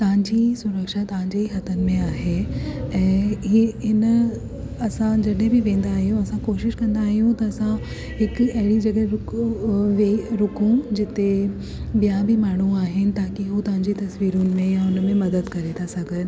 तव्हांजी सुरक्षा तव्हांजे ई हथनि में आहे ऐं हीअ इन असां जॾहिं बि वेंदा आहियूं असां कोशिशि कंदा आहियूं त असां हिकु अहिड़ी जॻह रूको अ वेंही अ रूकूं जिते ॿिया बि माण्हू आहिनि ताकी हो तव्हांजी तस्वीरूनि में या हुनमें मदद करे था सघनि